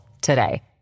today